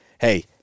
Hey